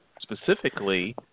specifically –